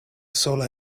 sola